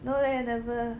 no leh never